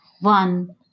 one